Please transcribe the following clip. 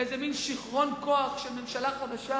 איזה מין שיכרון כוח של ממשלה חדשה,